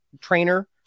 trainer